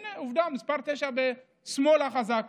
הינה עובדה, מס' 9 בשמאלה חזק